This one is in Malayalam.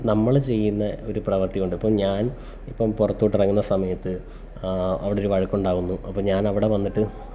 നമ്മൾ ചെയ്യുന്ന ഒരു പ്രവൃത്തി കൊണ്ട് ഇപ്പം ഞാൻ ഇപ്പം പുറത്തോട്ടിറങ്ങുന്ന സമയത്ത് അവിടൊരു വഴക്കുണ്ടാകുന്നു അപ്പം ഞാനവിടെ വന്നിട്ട്